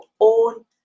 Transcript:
own